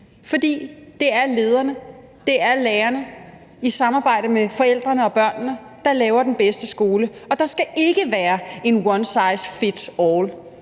For det er lederne, og det er lærerne, der i samarbejde med forældrene og børnene laver den bedste skole. Og der skal ikke være en one size fits all.